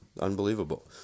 Unbelievable